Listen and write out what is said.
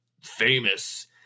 famous